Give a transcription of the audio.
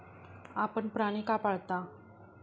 आपण प्राणी का पाळता?